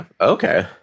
okay